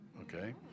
Okay